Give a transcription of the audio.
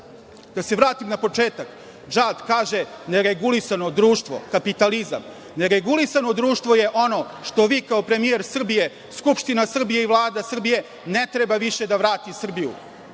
se vratim na početak, DŽad kaže – neregulisano društvo, kapitalizam. Neregulisano društvo je ono što vi kao premijer Srbije, Skupštine Srbije i Vlada Srbije ne treba više da vrati u Srbiju.